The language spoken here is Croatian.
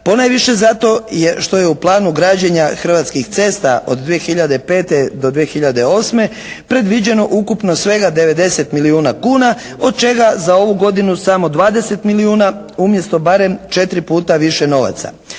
ponajviše zato što je u planu građenja Hrvatskih cesta od 2005. do 2008. predviđeno ukupno svega 90 milijuna kuna od čega za ovu godinu samo 20 milijuna umjesto barem 4 puta više novaca.